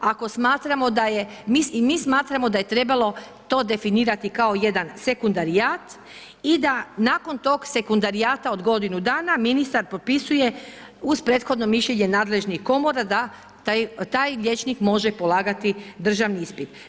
I mi smatramo da je trebalo to definirati kao jedan sekundarijat i da nakon tog sekundarijata od godinu dana ministar potpisuje uz prethodno mišljenje nadležnih komora da taj liječnik može polagati državni ispit.